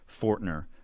Fortner